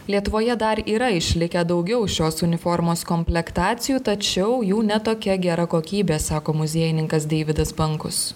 lietuvoje dar yra išlikę daugiau šios uniformos komplektacijų tačiau jų ne tokia gera kokybė sako muziejininkas deividas bankus